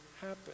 happen